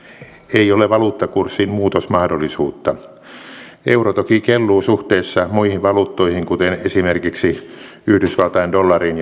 ei ole valuuttakurssin muutosmahdollisuutta euro toki kelluu suhteessa muihin valuuttoihin kuten esimerkiksi yhdysvaltain dollariin